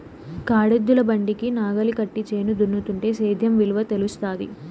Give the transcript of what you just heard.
కాడెద్దుల బండికి నాగలి కట్టి చేను దున్నుతుంటే సేద్యం విలువ తెలుస్తాది